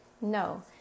no